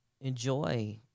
enjoy